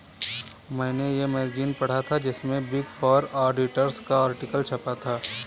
मेने ये मैगज़ीन पढ़ा था जिसमे बिग फॉर ऑडिटर्स का आर्टिकल छपा था